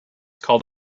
called